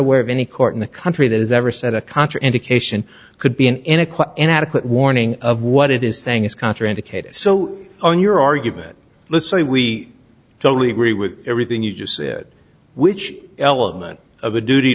aware of any court in the country that has ever said a contra indication could be an adequate warning of what it is saying is contraindicated so on your argument let's say we don't agree with everything you just said which element of a duty